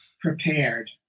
prepared